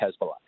Hezbollah